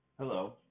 Hello